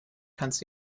kannst